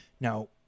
Now